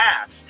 ask